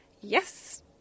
Yes